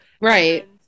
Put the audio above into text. Right